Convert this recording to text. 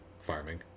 farming